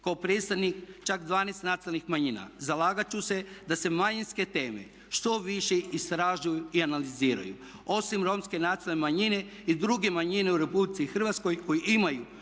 Kao predstavnik čak 12 nacionalnih manjina zalagat ću se da se manjinske teme što više istražuju i analiziraju osim romske nacionalne manjine i druge manjine u Republici Hrvatskoj koje imaju